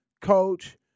coach